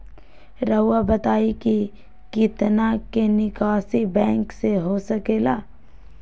रहुआ बताइं कि कितना के निकासी बैंक से हो सके ला?